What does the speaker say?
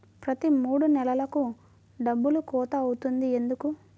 ప్రతి మూడు నెలలకు డబ్బులు కోత అవుతుంది ఎందుకు?